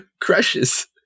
crushes